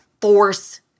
force